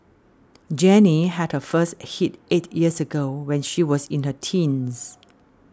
Jenny had her first hit eight years ago when she was in her teens